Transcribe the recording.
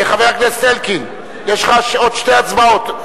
חבר הכנסת אלקין, יש לך עוד שתי הצבעות.